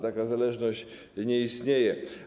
Taka zależność nie istnieje.